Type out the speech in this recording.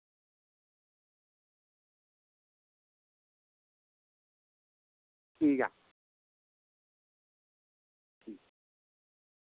ठीक ऐ